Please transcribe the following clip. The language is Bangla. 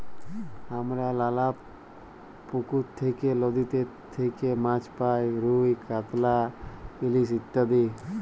হামরা লালা পুকুর থেক্যে, লদীতে থেক্যে মাছ পাই রুই, কাতলা, ইলিশ ইত্যাদি